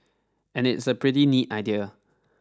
and it's a pretty neat idea